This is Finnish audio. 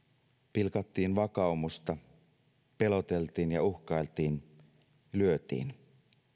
pilkattiin vakaumusta peloteltiin ja uhkailtiin lyötiin